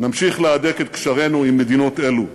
נמשיך להדק את קשרינו עם מדינות אלו,